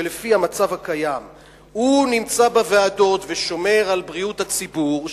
שבמצב הקיים נמצא בוועדות ושומר על בריאות הציבור,